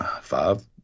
five